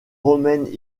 romaines